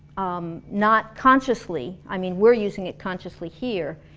um not consciously, i mean we're using it consciously here.